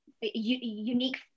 unique